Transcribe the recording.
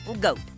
goat